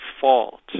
fault